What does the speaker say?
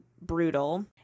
brutal